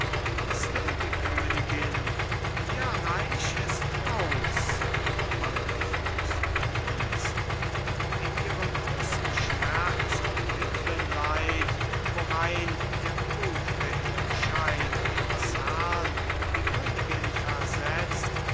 was will die königin ihr reich ist aus walther fürst liest in ihrem grossen schmerz und witwenleid worein der blut'ge hinscheid ihres herrn die königin versetzt